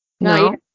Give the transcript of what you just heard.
No